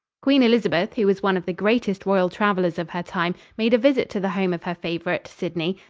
queen elizabeth, who was one of the greatest royal travelers of her time, made a visit to the home of her favorite, sidney,